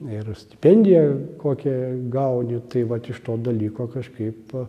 ir stipendija kokią gauni tai vat iš to dalyko kažkaip